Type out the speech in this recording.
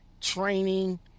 Training